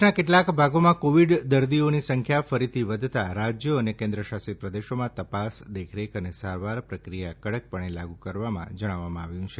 દેશના કેટલાક ભાગોમાં કોવિડ દર્દીઓની સંખ્યા ફરીથી વધતા રાજ્યો અને કેન્દ્ર શાસિત પ્રદેશોમાં તપાસ દેખરેખ અને સારવાર પ્રકિયા કડકપણે લાગુ કરવા જણાવવામાં આવ્યું છે